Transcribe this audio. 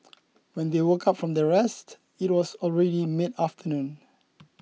when they woke up from their rest it was already mid afternoon